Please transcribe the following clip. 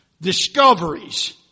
discoveries